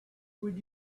would